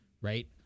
Right